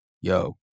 yo